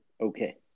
okay